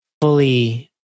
fully